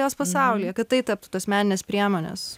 jos pasaulyje kad tai taptų tos meninės priemonės